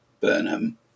Burnham